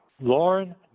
Lauren